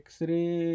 X-ray